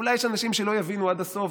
אולי יש אנשים שלא יבינו עד הסוף,